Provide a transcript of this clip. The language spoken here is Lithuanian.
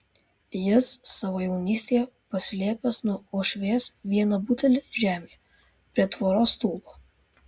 jis savo jaunystėje paslėpęs nuo uošvės vieną butelį žemėje prie tvoros stulpo